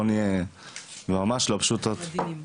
ואני עדין.